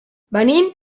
venim